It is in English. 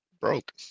Broke